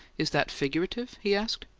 is that figurative? he asked.